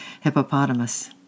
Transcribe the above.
hippopotamus